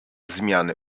zmiany